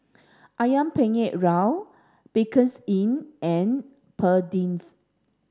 Ayam Penyet Ria Bakerzin and Perdix